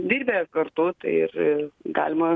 dirbę kartu ir galima